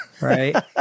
Right